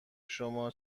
شما